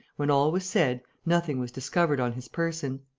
when all was said, nothing was discovered on his person.